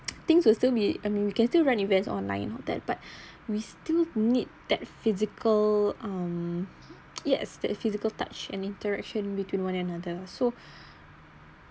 things will still be I mean we can still run events online all that but we still need that physical um yes that physical touch an interaction between one another so